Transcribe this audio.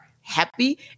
happy